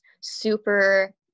super